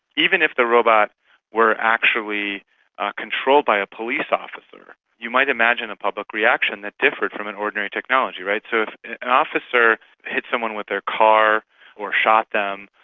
even if the robot were actually controlled by a police officer, you might imagine a public reaction that differed from an ordinary technology. so if an officer hit someone with their car or shot them,